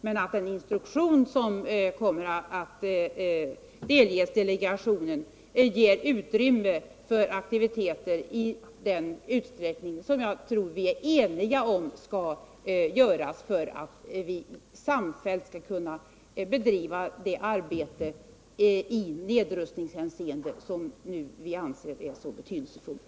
Men den instruktion som kommer au delges delegationen ger utrymme för aktiviteter i den utsträckning som jag tror att vi är eniga om för att vi samfällt skall kunna bedriva det arbete i nedrustningshänseende som vi nu anser vara så betydelsefullt.